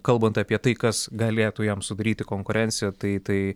kalbant apie tai kas galėtų jam sudaryti konkurenciją tai tai